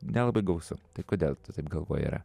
nelabai gausu tai kodėl tu taip galvoji yra